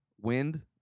wind